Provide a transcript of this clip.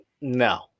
No